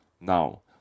Now